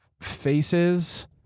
Faces